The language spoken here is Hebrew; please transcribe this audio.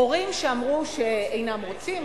הורים אמרו שאינם רוצים,